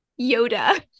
Yoda